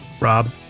Rob